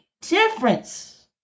difference